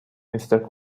mister